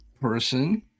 person